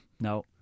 No